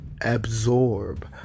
absorb